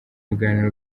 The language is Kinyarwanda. biganiro